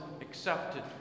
accepted